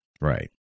Right